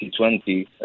2020